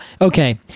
Okay